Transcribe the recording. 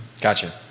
Gotcha